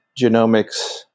genomics